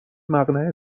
مقنعه